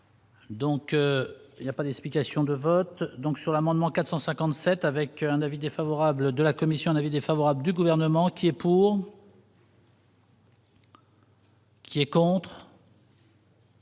Donc il y a pas d'explication de vote donc sur l'amendement 457 avec un avis défavorable de la commission de l'avis défavorable du gouvernement qui est pour. Qui est contre.